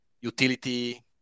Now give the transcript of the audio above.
utility